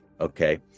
Okay